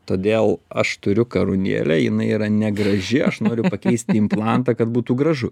todėl aš turiu karūnėlę jinai yra negraži aš noriu pakeisti implantą kad būtų gražu